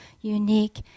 unique